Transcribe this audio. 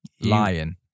lion